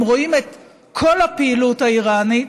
אם רואים את כל הפעילות האיראנית,